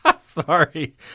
sorry